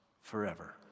forever